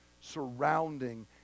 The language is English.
surrounding